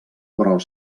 però